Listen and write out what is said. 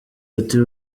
ati